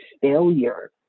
failure